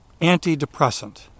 antidepressant